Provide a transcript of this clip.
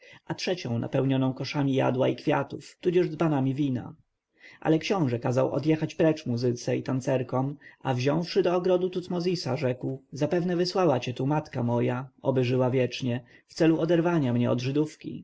a trzecią napełnioną koszami jadła i kwiatów tudzież dzbanami wina ale książę kazał odjechać precz muzyce i tancerkom a wziąwszy do ogrodu tutmozisa rzekł zapewne wysłała cię tu moja matka oby żyła wiecznie w celu oderwania mnie od żydówki